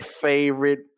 favorite